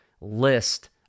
list